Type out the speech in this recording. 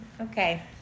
Okay